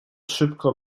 szybko